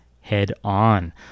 head-on